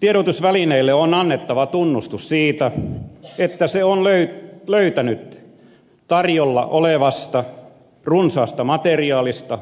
tiedotusvälineille on annettava tunnustus siitä että ne ovat löytäneet tarjolla olevasta runsaasta materiaalista